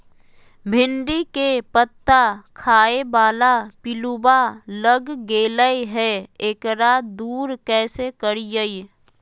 भिंडी के पत्ता खाए बाला पिलुवा लग गेलै हैं, एकरा दूर कैसे करियय?